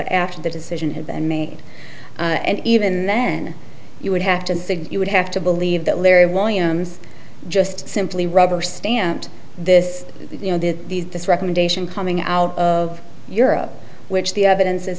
after the decision had been made and even then you would have to figure would have to believe that larry williams just simply rubber stamped this you know that these this recommendation coming out of europe which the evidence as